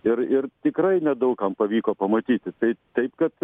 ir ir tikrai nedaug kam pavyko pamatyti tai taip kad